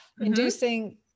inducing